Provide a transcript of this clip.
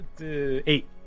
Eight